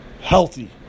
healthy